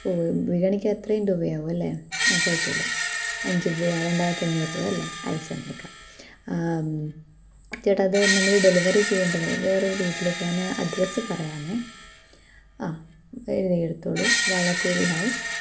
ഓ ബിരിയാണിക്ക് അത്രയും രൂപയാകുമല്ലേ ആ കുഴപ്പമില്ല അഞ്ചഞ്ച് ആ രണ്ടായിരത്തഞ്ഞൂറ് രൂപയല്ലേ അയച്ചു തന്നേക്കാം ചേട്ടാ അത് നിങ്ങള് ഡെലിവറി ചെയ്യേണ്ടത് വേറൊരു വീട്ടിലേക്കാണ് ഞാന് അഡ്രസ്സ് പറയാമേ ആ എഴുതിയെടുത്തോളു വാളക്കുഴി ഹൗസ്